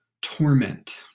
torment